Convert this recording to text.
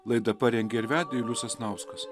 laidą parengė ir vedė julius sasnauskas